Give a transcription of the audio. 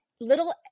little